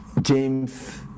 James